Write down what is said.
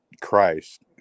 christ